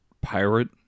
pirate